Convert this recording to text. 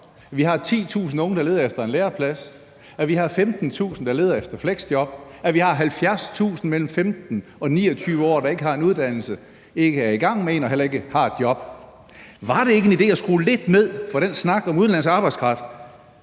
uden job, 10.000 unge, der leder efter en læreplads, 15.000, der leder efter et fleksjob, og 70.000 mellem 15 og 29 år, der ikke har en uddannelse, ikke er i gang med en og heller ikke har et job? Var det ikke en idé at skrue lidt ned for den snak om udenlandsk arbejdskraft,